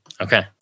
Okay